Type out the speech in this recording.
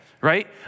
Right